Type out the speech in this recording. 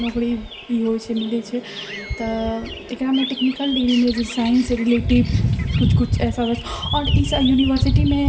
नौकरी ई होइत छै मिलए छै तऽ एकरामे टेक्निकल डिग्रीमे जैसे साइंस से रिलेटिव किछु किछु ऐसा आओर इस यूनिवर्सिटीमे